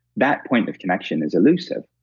that point of connection is elusive,